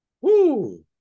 Woo